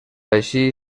així